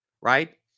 right